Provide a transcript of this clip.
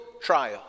trial